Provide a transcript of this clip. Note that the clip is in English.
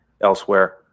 elsewhere